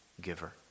giver